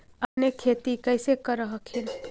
अपने खेती कैसे कर हखिन?